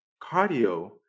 Cardio